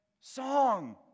song